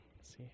See